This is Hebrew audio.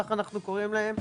כך אנחנו קוראים להן,